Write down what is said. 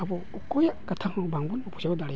ᱟᱵᱚ ᱚᱠᱚᱭᱟᱜ ᱠᱟᱛᱷᱟᱦᱚᱸ ᱵᱟᱝᱵᱚᱱ ᱵᱩᱡᱷᱟᱹᱣ ᱫᱟᱲᱮᱭᱟᱜᱼᱟ